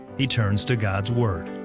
he turns to god's word.